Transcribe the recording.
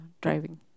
driving